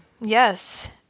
Yes